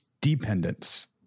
dependence